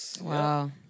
Wow